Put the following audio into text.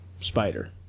spider